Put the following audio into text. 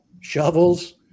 shovels